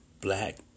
Black